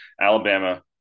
Alabama